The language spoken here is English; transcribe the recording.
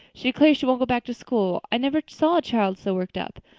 she declares she won't go back to school. i never saw a child so worked up.